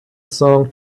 song